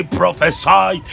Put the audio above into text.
prophesy